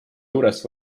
juurest